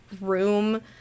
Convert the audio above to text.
room